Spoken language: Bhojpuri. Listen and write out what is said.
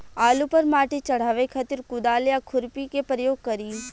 आलू पर माटी चढ़ावे खातिर कुदाल या खुरपी के प्रयोग करी?